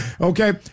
okay